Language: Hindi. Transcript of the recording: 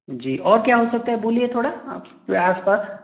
जी और क्या हो सकता है बोलिए थोड़ा आप आसपास